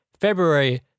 February